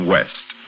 West